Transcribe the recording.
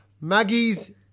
Maggie's